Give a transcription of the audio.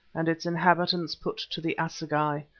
and its inhabitants put to the assegai.